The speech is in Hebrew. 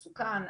מסוכן,